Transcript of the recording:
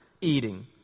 eating